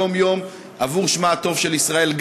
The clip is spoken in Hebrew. יום-יום עבור שמה הטוב של ישראל,